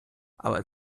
але